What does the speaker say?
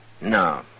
No